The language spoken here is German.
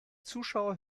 zuschauer